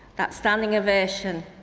that standing ovation,